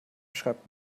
schreibt